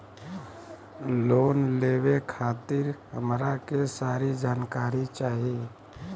Loan लेवे खातीर हमरा के सारी जानकारी चाही?